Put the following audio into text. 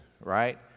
right